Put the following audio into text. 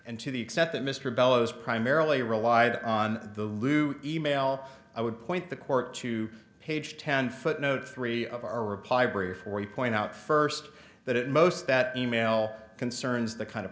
and to the extent that mr bellows primarily relied on the loo email i would point the court to page ten footnote three of our reply brief or you point out first that it most that e mail concerns the kind of